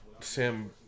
Sam